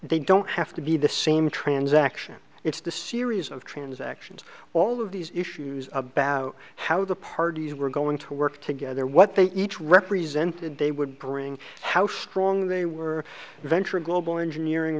they don't have to be the same transaction it's the series of transactions all of these issues about how the parties were going to work together what they each represented they would bring how strong they were the venture global engineering